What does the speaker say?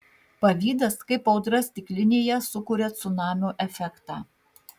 pavydas kaip audra stiklinėje sukuria cunamio efektą